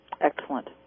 Excellent